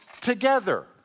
together